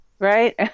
Right